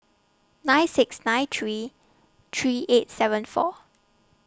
nine six nine three three eight seven four